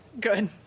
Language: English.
Good